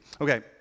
Okay